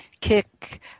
kick